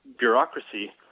bureaucracy